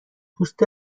پوست